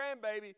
grandbaby